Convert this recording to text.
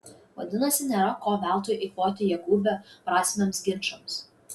vadinasi nėra ko veltui eikvoti jėgų beprasmiams ginčams